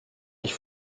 ich